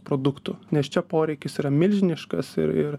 produktų nes čia poreikis yra milžiniškas ir ir